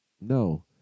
no